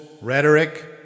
rhetoric